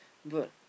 but